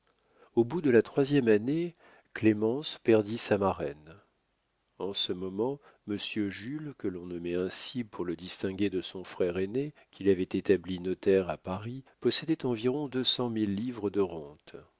au bout de la troisième année clémence perdit sa marraine en ce moment monsieur jules que l'on nommait ainsi pour le distinguer de son frère aîné qu'il avait établi notaire à paris possédait environ deux cent mille livres de rente